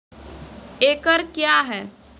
एकड कया हैं?